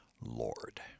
Lord